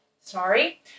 sorry